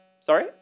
sorry